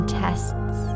tests